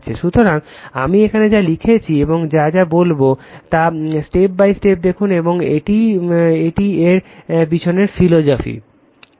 সুতরাং আমি এখানে যা লিখেছি এবং যা যা বলব তা স্টেপ বাই স্টেপ দেখুন এবং এটিই এর পেছনের ফিলোসফি